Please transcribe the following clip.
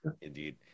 Indeed